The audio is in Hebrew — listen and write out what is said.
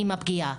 עם הפגיעה.